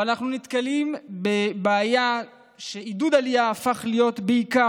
אבל אנחנו נתקלים בבעיה שעידוד העלייה הפך להיות כזה